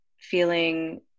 Feeling